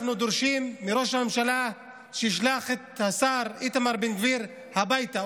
אנחנו דורשים מראש הממשלה שישלח את השר איתמר בן גביר הביתה.